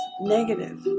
negative